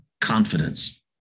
confidence